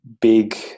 big